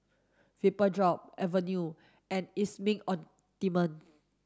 Vapodrops Avene and Emulsying Ointment